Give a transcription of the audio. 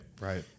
Right